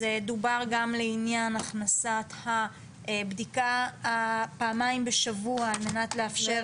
אז דובר גם לעניין הכנסת הבדיקה פעמיים בשבוע על מנת לאפשר